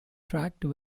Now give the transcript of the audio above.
tracked